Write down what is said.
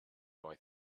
boy